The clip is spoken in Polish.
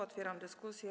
Otwieram dyskusję.